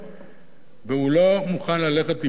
והוא לא מוכן ללכת להיפגש עם האיש הזה,